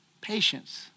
patience